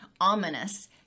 ominous